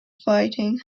fighting